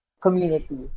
community